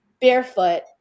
barefoot